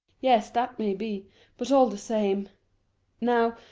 yes, that may be but all the same now,